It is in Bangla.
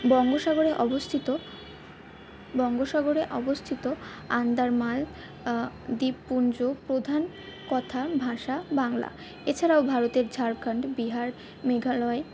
বঙ্গোসাগরে অবস্থিত বঙ্গোসাগরে অবস্থিত আন্দারমাল দ্বীপপুঞ্জ প্রধান কথা ভাষা বাংলা এছাড়াও ভারতের ঝাড়খান্ড বিহার মেঘালয়